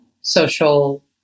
social